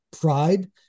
pride